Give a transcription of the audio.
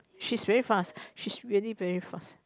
she's very fast she's very very fast